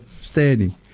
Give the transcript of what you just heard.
standing